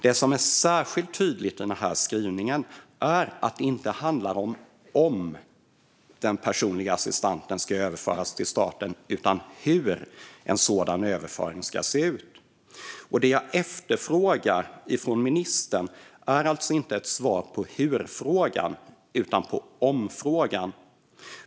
Det som är särskilt tydligt i denna skrivning är att det inte handlar om om den personliga assistansen ska överföras till staten utan hur en sådan överföring ska se ut. Det jag efterfrågar från ministern är alltså inte ett svar på hur-frågan utan på om-frågan.